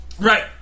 right